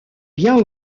bien